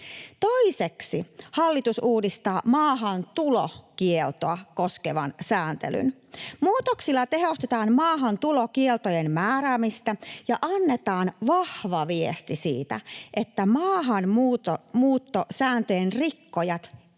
Toiseksi hallitus uudistaa maahantulokieltoa koskevan sääntelyn. Muutoksilla tehostetaan maahantulokieltojen määräämistä ja annetaan vahva viesti siitä, että maahanmuuttosääntöjen rikkojat